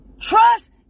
Trust